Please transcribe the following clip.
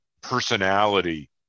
personality